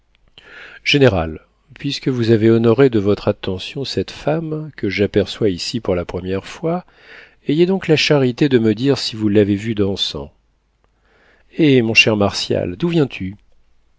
général puisque vous avez honoré de votre attention cette femme que j'aperçois ici pour la première fois ayez donc la charité de me dire si vous l'avez vue dansant eh mon cher martial d'où viens-tu